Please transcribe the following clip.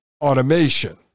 automation